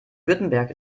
württemberg